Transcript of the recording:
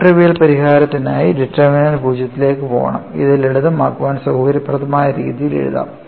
non trivial പരിഹാരത്തിനായി determinant 0 ലേക്ക് പോകണം അത് ലളിതമാക്കാൻ സൌകര്യപ്രദമായ രീതിയിൽ എഴുതാം